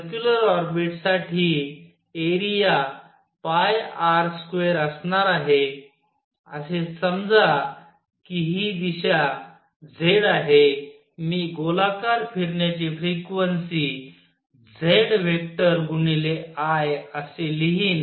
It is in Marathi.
सर्क्युलर ऑर्बिट साठी एरिया R2असणार आहे असे समजा हि दिशा z आहे मी गोलाकार फिरण्याची फ्रिक्वेन्सी z व्हेक्टर गुणिले I असे लिहीन